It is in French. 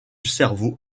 cerveau